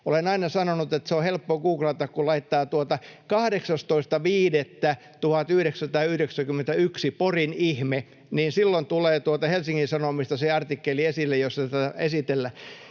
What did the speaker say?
Olen aina sanonut, että se on helppo googlata, kun laittaa ”18.5.1991 Porin ihme”. Silloin tulee Helsingin Sanomista se artikkeli esille, jossa tätä esitellään.